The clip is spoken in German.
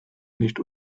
nicht